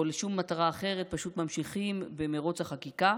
ולשום מטרה אחרת, פשוט ממשיכים במרוץ החקיקה,